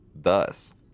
Thus